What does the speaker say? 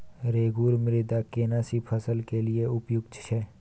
रेगुर मृदा केना सी फसल के लिये उपयुक्त छै?